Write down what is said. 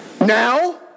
Now